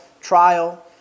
trial